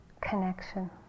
connection